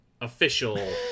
official